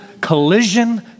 collision